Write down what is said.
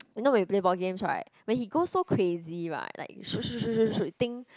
you know when we play ball games right when he go so crazy right like shoot shoot shoot shoot shoot think